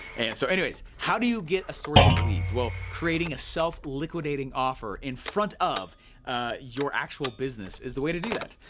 so anyways, how do you get a source of leads. well, creating a self-liquidating offer in front of your actual business is the way to do that.